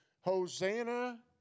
Hosanna